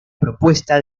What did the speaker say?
propuesta